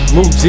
Move